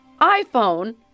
iPhone